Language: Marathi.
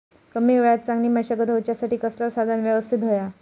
कमी वेळात चांगली मशागत होऊच्यासाठी कसला साधन यवस्तित होया?